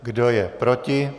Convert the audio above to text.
Kdo je proti?